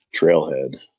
trailhead